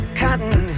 cotton